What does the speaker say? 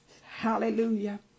Hallelujah